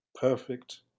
perfect